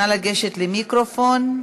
נא לגשת למיקרופון.